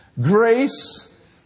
Grace